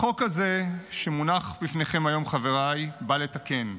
החוק הזה שמונח בפניכם היום, חבריי, בא לתקן.